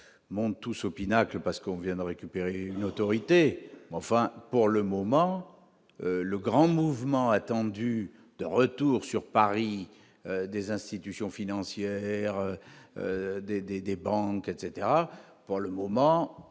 montent tous au pinacle parce qu'on vient récupérer une autorité enfin pour le moment, le grand mouvement attendu de retour sur Paris des institutions financières des, des, des banques, etc, pour le moment